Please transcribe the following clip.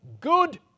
good